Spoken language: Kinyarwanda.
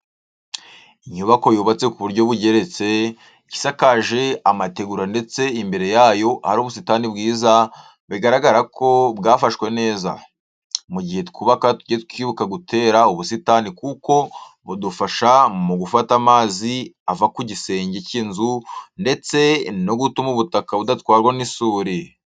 Inyubako yubatse ku buryo bugeretse, isakaje amategura ndetse imbere yayo hari ubusitani bwiza, bigaragara ko bwafashwe neza. Mu gihe twubaka tujye twibuka gutera ubusitani kuko budufasha mu gufata amazi ava ku gisenge cy'inzu ndetse no gutuma ubutaka budatwarwa n'isuri.